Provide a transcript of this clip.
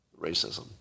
racism